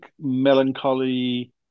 melancholy